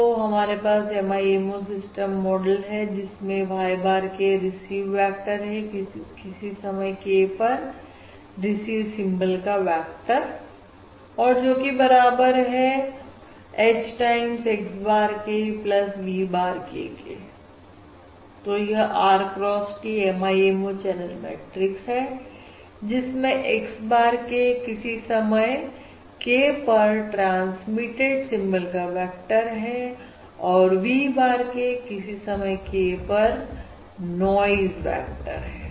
तो हमारे पास MIMO सिस्टम मॉडल है जिसमें Y bar k received vector है किसी समय K पर रिसीव सिंबल का वेक्टर जो बराबर है h time x bar k V bar k के तो यह R cross T MIMO channel matrix है जिसमें x bar k किसी समय K पर ट्रांसमिटेड सिंबल का वेक्टर है और V bar k किसी समय K पर नॉइज वेक्टर है